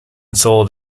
sold